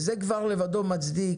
וזה כבר לבדו מצדיק,